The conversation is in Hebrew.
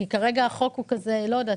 כי החוק כרגע הוא כזה אני לא יודעת.